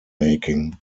making